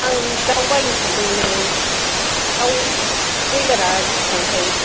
आं दाव बायनो सान्दोंमोनहाय दाव बयलारआ बेसेबांथाय